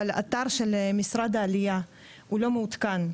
אבל אתר של משרד העלייה הוא לא מעודכן.